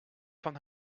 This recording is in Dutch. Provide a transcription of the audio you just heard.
van